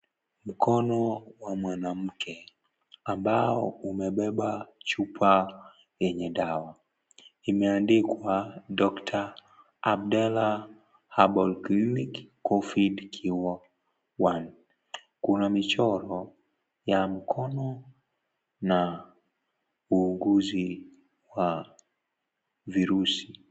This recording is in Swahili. Mkono wa mwanamke ambao umebeba chupa yenye dawa imeandikwa Dr Abdalla herbal clinic covid cure 1 .Kuna michoro ya mkono na uugizi wa virusi.